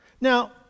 Now